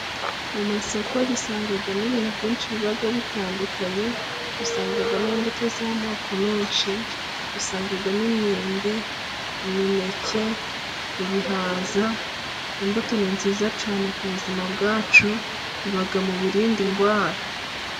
Mu masoko dusangamo ibintu byinshi biba bitandukanye, usangamo imbuto z'amoko menshi, usangamo imyembe, imineke, ibihaza. Imbuto ni nziza cyane ku buzima bwacu biba mu birinda indwara.